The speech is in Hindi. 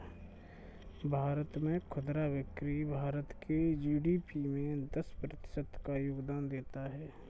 भारत में खुदरा बिक्री भारत के जी.डी.पी में दस प्रतिशत का योगदान देता है